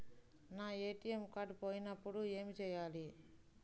నా ATM card పోయినప్పుడు ఏమి చేయాలి?